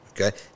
Okay